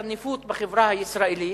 התקרנפות בחברה הישראלית.